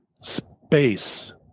space